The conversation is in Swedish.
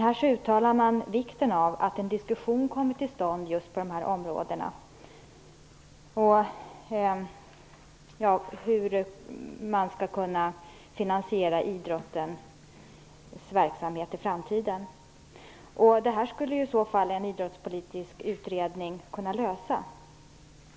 Här uttalar man vikten av att en diskussion kommer till stånd på just de här områdena, hur man skall kunna finansiera idrottens verksamhet i framtiden. Det skulle i så fall en idrottspolitisk utredning kunna lösa.